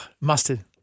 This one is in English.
mustard